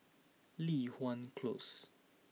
Li Hwan close